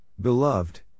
beloved